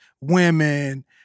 women